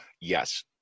Yes